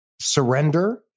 surrender